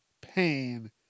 pain